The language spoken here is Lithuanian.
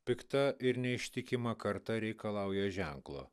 pikta ir neištikima karta reikalauja ženklo